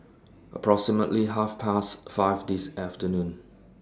approximately Half Past five This afternoon